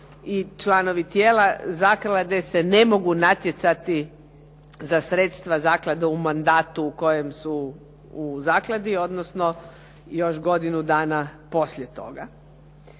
i članovi tijela zaklade se ne mogu natjecati za sredstva zaklade u mandatu u kojem su u zakladi, odnosno još godinu dana poslije toga.